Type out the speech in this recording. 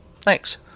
Thanks